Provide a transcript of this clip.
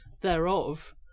thereof